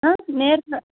ம் நேரத்தில்